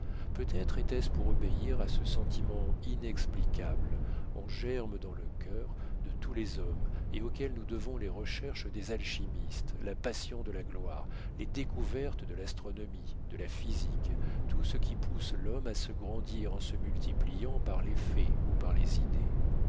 peut-être était-ce pour obéir à ce sentiment inexplicable en germe dans le cœur de tous les hommes et auquel nous devons les recherches des alchimistes la passion de la gloire les découvertes de l'astronomie de la physique tout ce qui pousse l'homme à se grandir en se multipliant par les faits ou par les idées